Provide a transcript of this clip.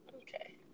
Okay